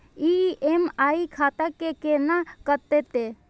EMI खाता से केना कटते?